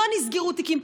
לא נסגרו תיקים,